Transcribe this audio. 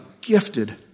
gifted